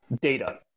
data